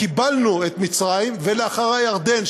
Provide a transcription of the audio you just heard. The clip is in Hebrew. קיבלנו את מצרים, ולאחריה ירדן.